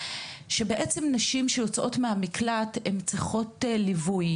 שנשים שיוצאות מן המקלט צריכות ליווי,